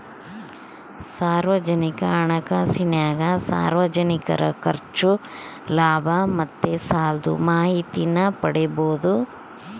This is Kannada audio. ಸಾರ್ವಜನಿಕ ಹಣಕಾಸಿನಾಗ ಸಾರ್ವಜನಿಕರ ಖರ್ಚು, ಲಾಭ ಮತ್ತೆ ಸಾಲುದ್ ಮಾಹಿತೀನ ಪಡೀಬೋದು